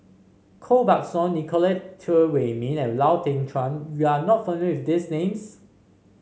Koh Buck Song Nicolette Teo Wei Min and Lau Teng Chuan you are not familiar with these names